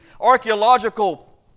archaeological